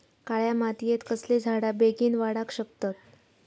काळ्या मातयेत कसले झाडा बेगीन वाडाक शकतत?